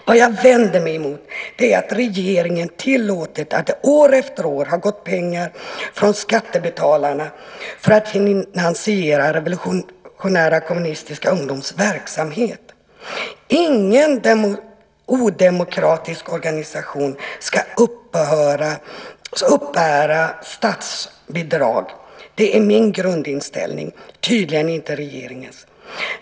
Vad jag vänder mig emot är att regeringen tillåtit att det år efter år har gått pengar från skattebetalarna för finansiera Revolutionär Kommunistisk Ungdoms verksamhet. Ingen odemokratisk organisation ska uppbära statsbidrag. Det är min grundinställning men tydligen inte regeringens.